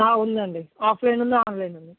ఉందండి ఆఫ్లైన్ ఉంది ఆన్లైన్ ఉంది